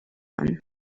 gun